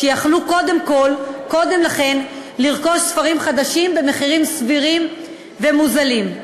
שקודם לכן היו יכולות לרכוש ספרים חדשים במחירים סבירים ומוזלים.